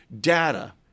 data